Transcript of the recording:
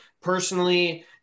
personally